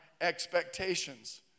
expectations